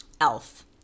Elf